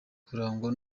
kurangwa